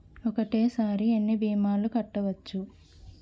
ఒక్కటేసరి ఎన్ని భీమాలు కట్టవచ్చు?